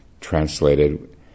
translated